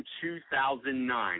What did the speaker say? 2009